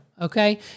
Okay